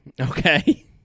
Okay